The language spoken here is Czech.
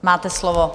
Máte slovo.